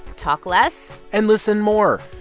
talk less. and listen more.